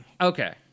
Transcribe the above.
Okay